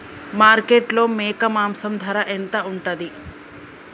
మార్కెట్లో మేక మాంసం ధర ఎంత ఉంటది?